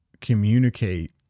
communicate